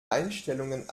einstellungen